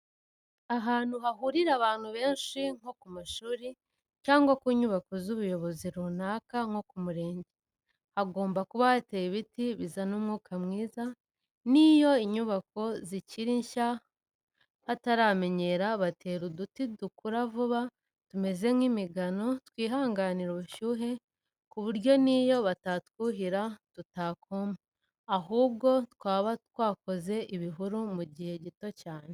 Ahantu hahurira abantu benshi, nko ku mashuri cyangwa ku nyubako z'ubuyobozi runaka nko ku murenge, hagomba kuba hateye ibiti bizana umwuka mwiza, n'iyo inyubako zikiri nshya hataramenyera, batera uduti dukura vuba tumeze nk'imigano, twihanganira ubushyuhe ku buryo n'iyo batatwuhira tutakuma, ahubwo twaba twakoze ibihuru mu gihe gito cyane.